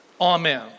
Amen